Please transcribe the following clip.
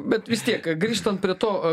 bet vis tiek grįžtant prie to